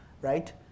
right